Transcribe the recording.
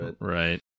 Right